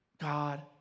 God